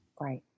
Right